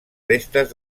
restes